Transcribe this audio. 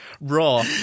raw